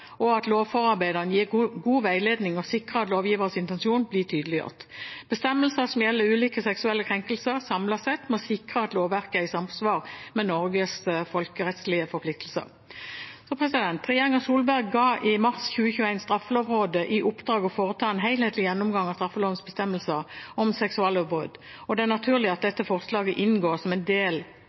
og at lovforarbeidene gir god veiledning og sikrer at lovgivers intensjon blir tydeliggjort. Bestemmelser som gjelder ulike seksuelle krenkelser samlet sett, må sikre at lovverket er i samsvar med Norges folkerettslige forpliktelser. Regjeringen Solberg ga i mars 2021 Straffelovrådet i oppdrag å foreta en helhetlig gjennomgang av straffelovens bestemmelser om seksuallovbrudd, og det er naturlig at dette forslaget inngår som en del